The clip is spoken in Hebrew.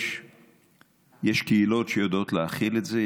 יש קהילות שיודעות להכיל את זה,